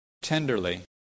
tenderly